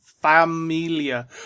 Familia